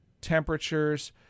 temperatures